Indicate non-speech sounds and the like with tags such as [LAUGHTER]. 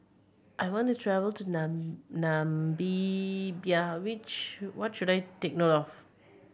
I want to travel to [UNINTELLIGIBLE] Namibia which what should I take note of